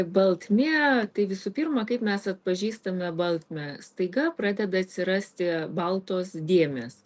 baltmė tai visų pirma kaip mes atpažįstame baltmę staiga pradeda atsirasti baltos dėmės